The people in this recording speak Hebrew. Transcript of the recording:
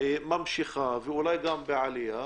ממשיכה ואולי גם בעלייה,